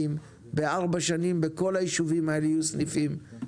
בתוך ארבע שנים בכל הישובים הללו יהיו סניפים.